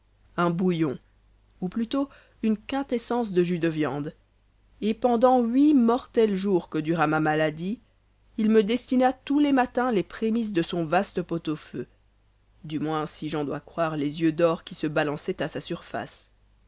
un bouillon ou plutôt une quintessence de jus de viande et pendant huit mortels jours que dura ma maladie il me destina tous les matins les prémices de son vaste pot-au-feu du moins si j'en dois croire les yeux d'or qui se balançaient à sa surface